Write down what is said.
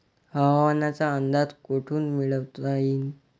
हवामानाचा अंदाज कोठून मिळवता येईन?